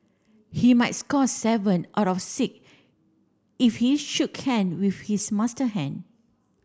he might score seven out of six if he shook hand with his master hand